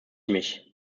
mich